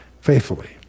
faithfully